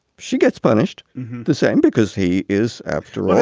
she gets punished the same because he is, after all,